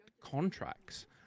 contracts